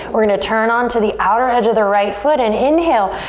we're gonna turn on to the outer edge of the right foot and inhale,